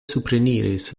supreniris